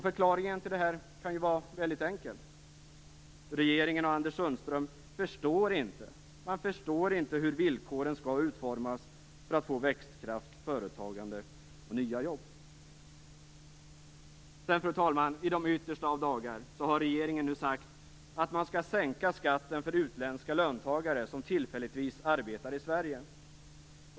Förklaringen till det kan vara väldigt enkel: regeringen och Anders Sundström förstår inte hur villkoren skall utformas för att få växtkraft, företagande och nya jobb. Fru talman! I de yttersta av dagar har regeringen nu sagt att man skall sänka skatten för utländska löntagare som tillfälligtvis arbetar i Sverige.